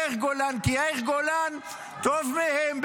יום חשוב, יום גדול, תודה לכולם.